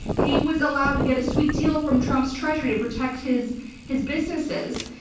he was allowed to get a sweet deal from trump's treasury to protect his his businesses.